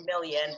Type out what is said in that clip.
million